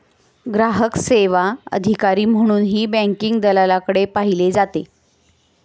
ग्राहक सेवा अधिकारी म्हणूनही बँकिंग दलालाकडे पाहिले जाते